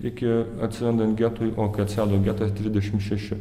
iki atsirandant getui o kai atsirado getas trisdešimt šeši